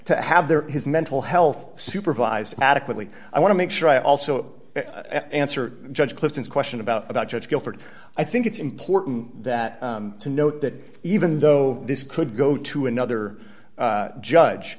to have their his mental health supervised adequately i want to make sure i also answer judge clifton's question about about judge guilford i think it's important that to note that even though this could go to another judge